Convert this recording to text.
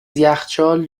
یخچال